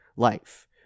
life